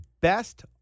best